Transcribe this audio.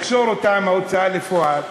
לקשור אותה עם ההוצאה לפועל.